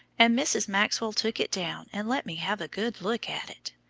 and mrs. maxwell took it down and let me have a good look at it.